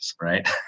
Right